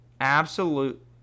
absolute